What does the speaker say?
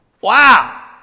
Wow